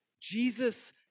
Jesus